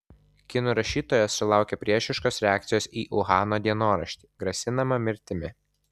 kinų rašytoja sulaukė priešiškos reakcijos į uhano dienoraštį grasinama mirtimi